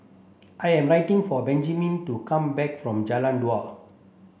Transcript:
I am waiting for Benjman to come back from Jalan Dua